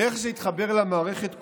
איך זה יתחבר למערכת כולה?